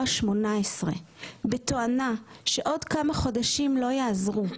ה-18 בתואנה שעוד כמה חודשים לא יעזרו,